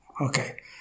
Okay